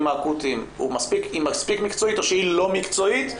האקוטיים היא מספיק מקצועית או שהיא לא מקצועית?